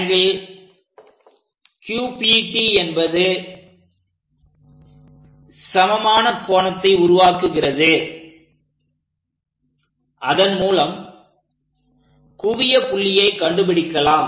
∠QPT என்பது சமமான கோணத்தை உருவாக்குகிறது அதன்மூலம் குவிய புள்ளியை கண்டுபிடிக்கலாம்